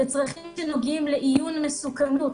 אלו צרכים שנוגעים לאיון מסוכנות,